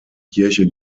kirche